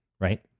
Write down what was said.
right